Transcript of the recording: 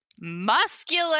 muscular